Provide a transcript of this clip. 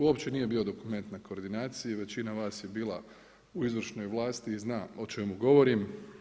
Uopće nije bio dokument na koordinaciji, većina vas je bila u izvršnoj vlasti i zna o čemu govorim.